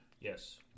Yes